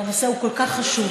והנושא הוא כל כך חשוב,